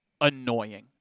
annoying